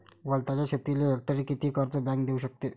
वलताच्या शेतीले हेक्टरी किती कर्ज बँक देऊ शकते?